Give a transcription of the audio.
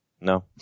No